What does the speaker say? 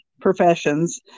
professions